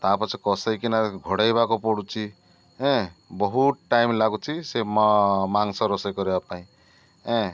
ତା ପଛେ କଷାଇକିନା ଘୋଡ଼ାଇବାକୁ ପଡ଼ୁଛି ଏଁ ବହୁତ ଟାଇମ୍ ଲାଗୁଛି ସେ ମାଂସ ରୋଷେଇ କରିବା ପାଇଁ ଏଁ